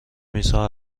میزها